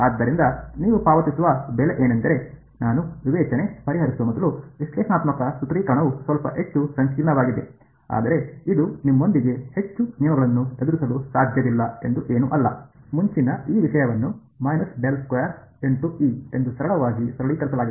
ಆದ್ದರಿಂದ ನೀವು ಪಾವತಿಸುವ ಬೆಲೆ ಏನೆಂದರೆ ನಾನು ವಿವೇಚನೆ ಪರಿಹರಿಸುವ ಮೊದಲು ವಿಶ್ಲೇಷಣಾತ್ಮಕ ಸೂತ್ರೀಕರಣವು ಸ್ವಲ್ಪ ಹೆಚ್ಚು ಸಂಕೀರ್ಣವಾಗಿದೆ ಆದರೆ ಇದು ನಿಮ್ಮೊಂದಿಗೆ ಹೆಚ್ಚು ನಿಯಮಗಳನ್ನು ಎದುರಿಸಲು ಸಾಧ್ಯವಿಲ್ಲ ಎಂದು ಏನೂ ಅಲ್ಲ ಮುಂಚಿನ ಈ ವಿಷಯವನ್ನು ಎಂದು ಸರಳವಾಗಿ ಸರಳೀಕರಿಸಲಾಗಿದೆ